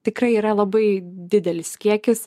tikrai yra labai didelis kiekis